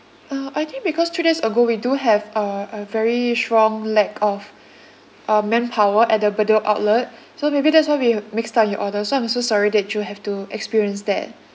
uh I think because two days ago we do have uh a very strong lack of uh manpower at the bedok outlet so maybe that's why we mixed up you order so I'm so sorry that you have to experience that